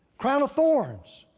crown of thorns.